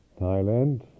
Thailand